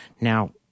Now